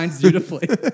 beautifully